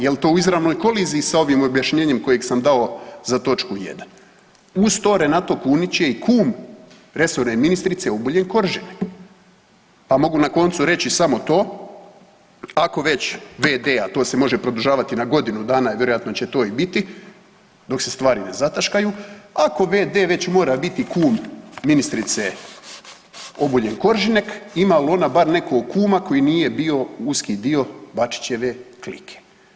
Jel to u izravnoj koliziji sa ovim objašnjenjem kojeg sam dao za točku 1. Uz to, Renato Kunić je i kum resorne ministrice Obuljen Koržinek pa mogu na koncu reći samo to ako već v.d., a to se može produžavati na godinu dana, vjerojatno će to i biti, dok se stvari ne zataškaju, ako v.d. već mora biti kum ministrice Obuljen Koržinek, ima li ona bar nekog kuma koji nije bio uski dio Bačićeve klike?